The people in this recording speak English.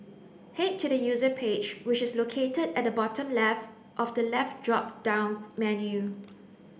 head to the User page which is located at the bottom left of the left drop down menu